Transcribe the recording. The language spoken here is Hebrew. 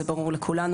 זה ברור לכולנו,